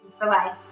bye-bye